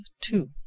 two